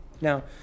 Now